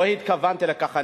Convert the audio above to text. לא התכוונתי לכך.